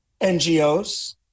NGOs